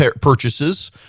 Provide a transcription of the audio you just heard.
purchases